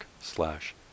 slash